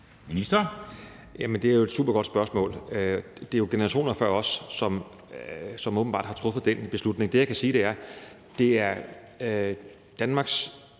Det er et supergodt spørgsmål. Det er jo generationer før os, som åbenbart har truffet den beslutning. Det, jeg kan sige, er, at Danmarks